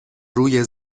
روی